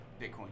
Bitcoin